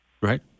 Right